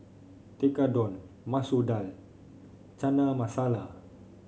Tekkadon Masoor Dal Chana Masala